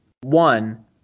one